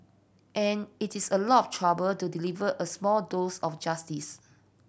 and it is a lot trouble to deliver a small dose of justice